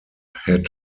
had